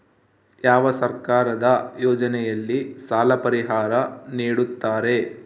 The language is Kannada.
ಯಾವ ಸರ್ಕಾರದ ಯೋಜನೆಯಲ್ಲಿ ಸಾಲ ಪರಿಹಾರ ನೇಡುತ್ತಾರೆ?